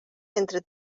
entre